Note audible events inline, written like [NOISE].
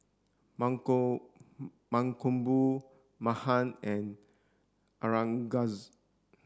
[UNINTELLIGIBLE] Mankombu Mahan and Aurangzeb